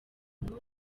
abantu